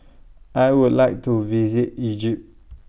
I Would like to visit Egypt